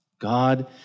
God